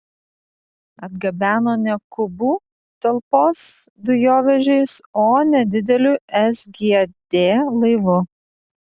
atgabeno ne kubų talpos dujovežiais o nedideliu sgd laivu